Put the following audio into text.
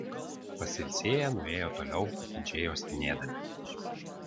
pasilsėję nuėjo toliau atidžiai uostinėdami